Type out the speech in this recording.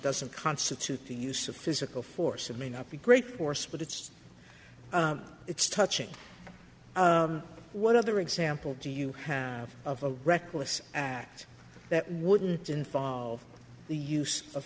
doesn't constitute the use of physical force and may not be great force but it's it's touching what other example do you have of a reckless act that wouldn't involve the use of